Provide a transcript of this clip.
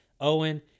Owen